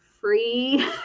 free